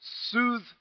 soothe